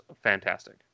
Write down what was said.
fantastic